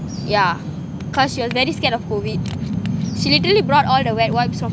yeah because she was very scared of C_O_V_I_D she literally brought all the wet wipes from